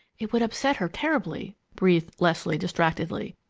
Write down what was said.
it would upset her terribly, breathed leslie, distractedly.